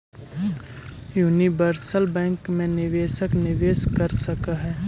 universal bank मैं निवेशक निवेश कर सकऽ हइ